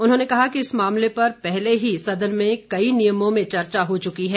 उन्होंने कहा कि इस मामले पर पहले ही सदन में कई नियमों में चर्चा हो चुकी है